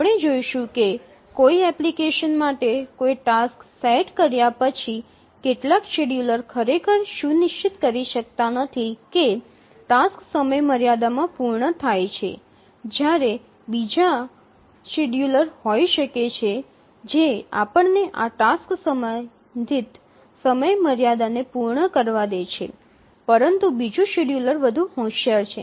આપણે જોઈશું કે કોઈ એપ્લિકેશન માટે કોઈ ટાસ્ક સેટ કર્યા પછી કેટલાક શેડ્યૂલર ખરેખર સુનિશ્ચિત કરી શકતા નથી કે ટાસક્સ સમયમર્યાદા માં પૂર્ણ થાય છે જ્યારે ત્યાં બીજા શેડ્યૂલર હોઈ શકે છે જે આપણને આ ટાસક્સ સંબંધિત સમયમર્યાદાને પૂર્ણ કરવા દે છે પછી બીજું શેડ્યૂલર વધુ હોશિયાર છે